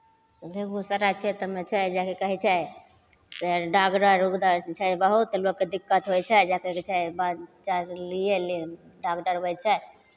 बेगूसराय क्षेत्रमे छै जायके कहै छै से डाग्डर उग्डर छै बहुत लोककेँ दिक्क्त होइ छै जायके छै बच्चा लिए लेल डाग्डर अबै छै